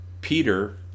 peter